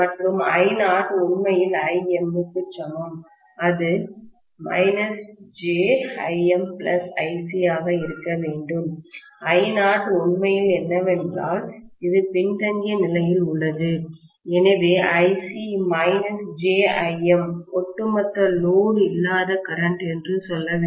மற்றும் I0 உண்மையில் Im க்கு சமம் அது jIm IC ஆக இருக்க வேண்டும் I0 உண்மையில் என்னவென்றால் இது பின்தங்கிய நிலையில் உள்ளது எனவே ஒட்டுமொத்த லோடு இல்லாத கரண்ட் என்று சொல்ல வேண்டும்